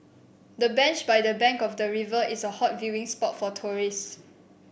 the bench by the bank of the river is a hot viewing spot for tourists